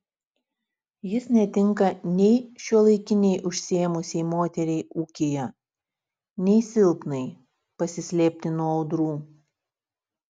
jis netinka nei šiuolaikinei užsiėmusiai moteriai ūkyje nei silpnai pasislėpti nuo audrų